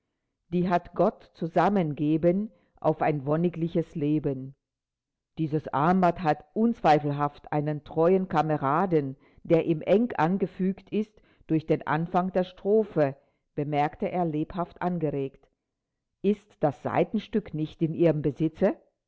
die ganze strophe lautet in der uebersetzung ungefähr dieses armband hat unzweifelhaft einen treuen kameraden der ihm eng angefügt ist durch den anfang der strophe bemerkte er lebhaft angeregt ist das seitenstück nicht in ihrem besitze